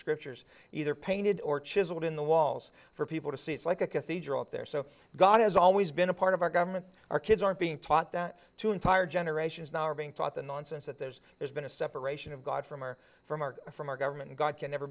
scriptures either painted or chiseled in the walls for people to see it's like a cathedral up there so god has always been a part of our government our kids aren't being taught that to entire generations now are being taught the nonsense that there's there's been a separation of god from or from our from our government god can never